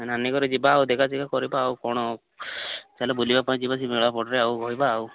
ମୋ ନାନୀ ଘର ଯିବା ଆଉ ଦେଖା କରିବା ଆଉ କ'ଣ ଚାଲ ବୁଲିବା ପାଇଁ ଯିବା ପଟରେ ଆଉ ରହିବା ଆଉ